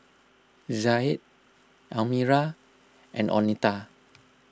Zaid Almira and oneta